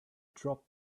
drop